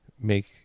make